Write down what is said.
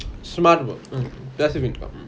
smart we~ mm passive income